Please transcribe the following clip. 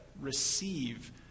receive